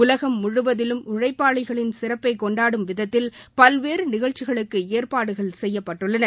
உலகம் முழுவதிலும் உழைப்பாளிகளின் சிறப்பை கொண்டாடும் விதத்தில் பல்வேறு நிகழ்ச்சிகளுக்கு ஏற்பாடுகள் செய்யப்பட்டுள்ளன